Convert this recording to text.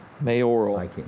mayoral